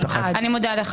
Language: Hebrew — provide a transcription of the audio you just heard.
נפל.